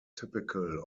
typical